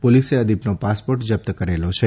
પોલીસે દીબનો પાસપોર્ટ જપ્ત કરેલો છે